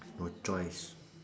no choice